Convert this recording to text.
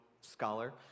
scholar